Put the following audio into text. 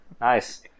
Nice